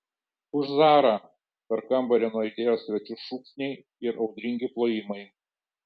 už zarą per kambarį nuaidėjo svečių šūksniai ir audringi plojimai